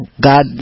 God